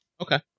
Okay